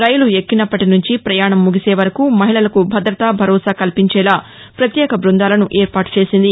రైలు ఎక్కినప్పటి నుంచి ప్రయాణం ముగిసేవరకూ మహిళలకు భద్రత భరోసా కల్పించేలా ప్రత్యేక బృందాలను ఏర్పాటు చేసింది